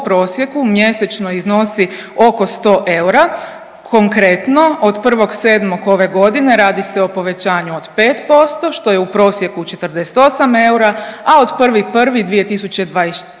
u prosjeku mjesečno iznosi oko 100 eura. Konkretno od 1.7. ove godine radi se o povećanju od 5% što je u prosjeku 48 eura, a od 1.1.2024.